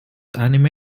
anime